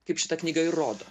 kaip šita knyga ir rodo